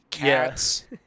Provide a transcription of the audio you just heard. Yes